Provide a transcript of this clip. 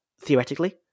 theoretically